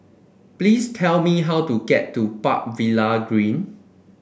please tell me how to get to Park Villa Green